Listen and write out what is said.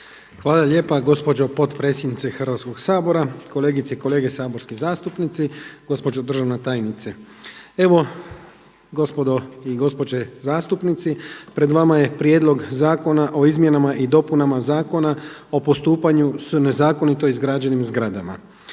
Hvala lijepa. Gospođo potpredsjednice Hrvatskoga sabora, kolegice i kolege saborski zastupnici, gospođo državna tajnice! Evo gospodo i gospođe zastupnici pred vama je Prijedlog zakona o izmjenama i dopunama Zakona o postupanju s nezakonito izgrađenim zgradama.